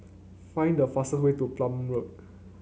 find the fastest way to Plumer Road